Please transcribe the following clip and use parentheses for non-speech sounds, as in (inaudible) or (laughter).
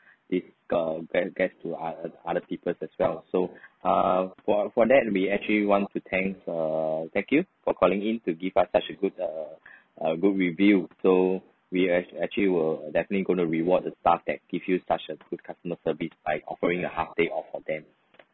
did uh get get to ot~ ot~ other people as well so err for for that we actually want to thanks err thank you for calling in to give us such a good a (breath) a good review so we act~ actually will definitely going to reward the staff that give you such a good customer service by offering a half day off for them